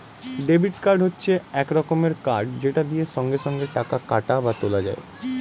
debit card হচ্ছে এক রকমের কার্ড যেটা দিয়ে সঙ্গে সঙ্গে টাকা কাটা বা তোলা যায়